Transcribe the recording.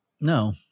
No